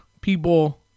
people